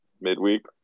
midweek